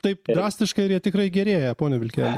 taip drastiškai ar jie tikrai gerėja pone vilkeli